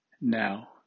Now